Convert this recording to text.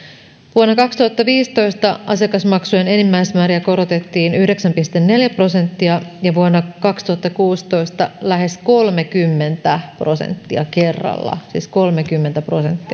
vuonna kaksituhattaviisitoista asiakasmaksujen enimmäismääriä korotettiin yhdeksän pilkku neljä prosenttia ja vuonna kaksituhattakuusitoista lähes kolmekymmentä prosenttia kerralla siis kolmekymmentä prosenttia